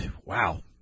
wow